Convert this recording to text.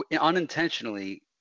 unintentionally